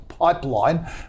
Pipeline